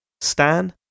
Stan